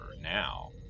now